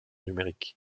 numérique